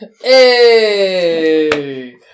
Hey